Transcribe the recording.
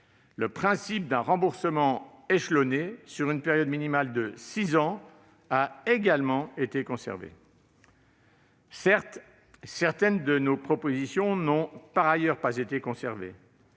Le principe d'un remboursement échelonné sur une période minimale de six ans a également été conservé. Certaines de nos autres propositions n'ont certes pas été conservées,